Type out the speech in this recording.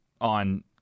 on